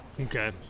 Okay